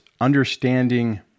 understanding